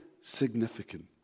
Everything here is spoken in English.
significant